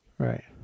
Right